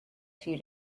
few